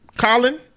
Colin